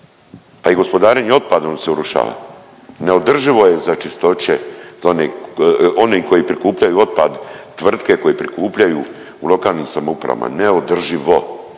pa i gospodarenje otpadom se urušava, neodrživo je za Čistoće, za one, oni koji prikupljaju otpad, tvrtke koje prikupljaju u lokalnim samoupravama, neodrživo,